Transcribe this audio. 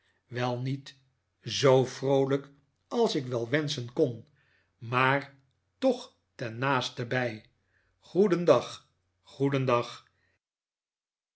wel niet zoo vroolijk als ik wel wenschen kon maar toch ten naastenbij goedendag goedendag